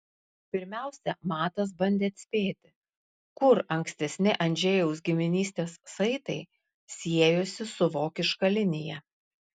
pirmiausia matas bandė atspėti kur ankstesni andžejaus giminystės saitai siejosi su vokiška linija